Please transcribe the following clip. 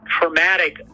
traumatic